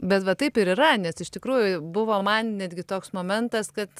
bet va taip ir yra nes iš tikrųjų buvo man netgi toks momentas kad